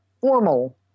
formal